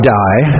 die